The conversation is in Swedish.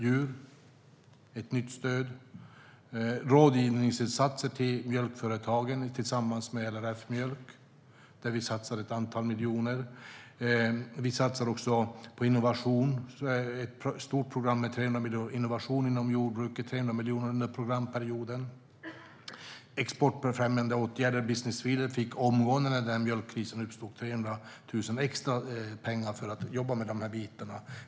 Det är ett nytt stöd. Det är rådgivning till mjölkföretagen tillsammans med LRF Mjölk där vi satsar ett antal miljoner. Vi satsar också på innovation. Det är ett stort program med 300 miljoner till innovation inom jordbruket under programperioden. Vi har exportfrämjande åtgärder. Business Sweden fick omgående när mjölkkrisen uppstod 300 000 kronor extra för att jobba med de bitarna.